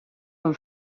amb